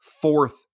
fourth